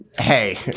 Hey